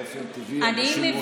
באופן טבעי, אנשים רוצים לשמוע.